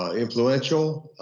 um influential.